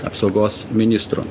apsaugos ministru